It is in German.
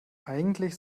eigentlich